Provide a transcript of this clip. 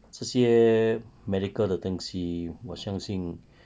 这些 medical 的东西我相信